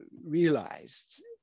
realized